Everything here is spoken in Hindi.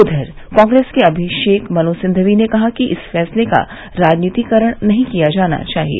उधर कांग्रेस के अभिषेक मनु सिंघवी ने कहा कि इस फैसले का राजनीतिकरण नहीं किया जाना चाहिए